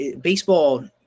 baseball